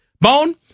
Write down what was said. Bone